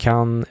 Kan